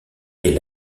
est